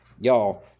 y'all